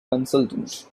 consultant